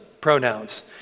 pronouns